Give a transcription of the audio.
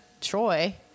Troy